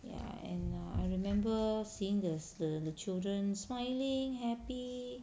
ya and I err remember seeing the the children smiling happy